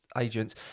agents